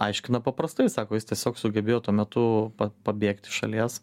aiškina paprastai sako jis tiesiog sugebėjo tuo metu pabėgt iš šalies